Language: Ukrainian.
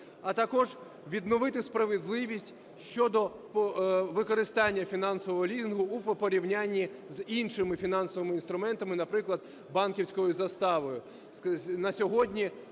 а також відновити справедливість щодо використання фінансового лізингу у порівняні з іншими фінансовими інструментами, наприклад банківською заставою.